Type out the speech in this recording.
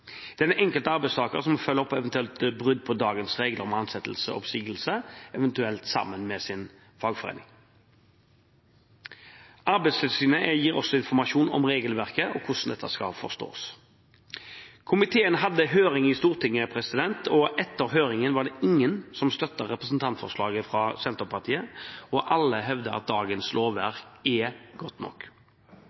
den enkelte arbeidstaker som må følge opp eventuelle brudd på dagens regler om ansettelse og oppsigelse, eventuelt sammen med sin fagforening. Arbeidstilsynet gir også informasjon om regelverket og hvordan det skal forstås. Komiteen hadde høring i Stortinget. Etter høringen var det ingen som støttet representantforslaget fra Senterpartiet, og alle hevdet at dagens lovverk er godt nok.